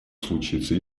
случится